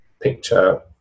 picture